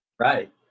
Right